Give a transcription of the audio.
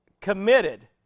Committed